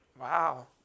Wow